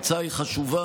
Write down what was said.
ההצעה היא חשובה.